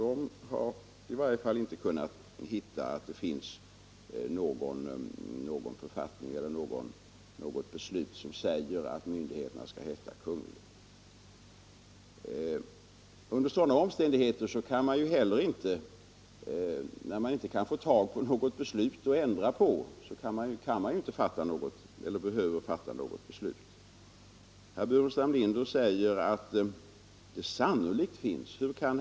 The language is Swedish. De har i varje fall inte kunnat finna någon författning eller — är en monarki något beslut om att en myndighet skall benämnas Kungl. När man inte kan hitta något beslut att ändra på, behöver man naturligtvis inte fatta något beslut. Herr Burenstam Linder säger att det sannolikt finns ett sådant beslut.